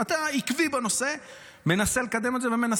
אבל אתה עקבי בנושא ומנסה לקדם את זה.